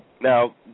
now